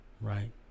right